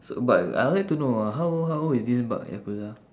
so but I would like to know ah how old how old is this bak yakuza